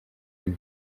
ine